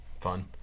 fun